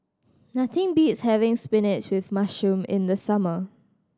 nothing beats having spinach with mushroom in the summer